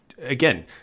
again